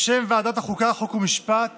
בשם ועדת החוקה, חוק ומשפט